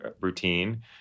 routine